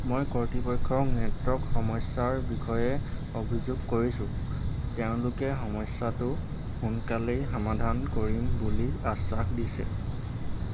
মই কৰ্তৃপক্ষক নেটৱৰ্কৰ সমস্যাৰ বিষয়ে অভিযোগো কৰিছোঁ তেওঁলোকে সমস্যাটো সোনকালেই সমাধান কৰিম বুলি আশ্বাস দিছে